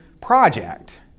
project